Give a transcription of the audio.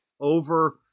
over